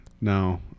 no